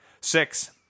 Six